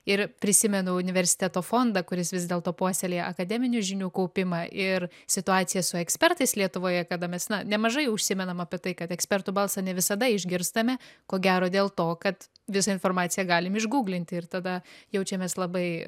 ir prisimenu universiteto fondą kuris vis dėlto puoselėja akademinių žinių kaupimą ir situacija su ekspertais lietuvoje kada mes na nemažai užsimenam apie tai kad ekspertų balsą ne visada išgirstame ko gero dėl to kad visą informaciją galim išguglinti ir tada jaučiamės labai